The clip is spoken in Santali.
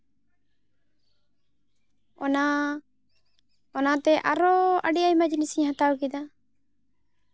ᱚᱱᱟ ᱚᱱᱟᱛᱮ ᱟᱨᱚ ᱟᱹᱰᱤ ᱟᱭᱢᱟ ᱡᱤᱱᱤᱥᱤᱧ ᱦᱟᱛᱟᱣ ᱠᱮᱫᱟ